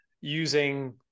using